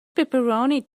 pepperoni